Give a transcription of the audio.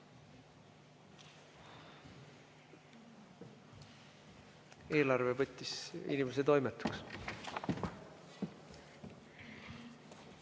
Eelarve võttis inimesed oimetuks.